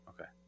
Okay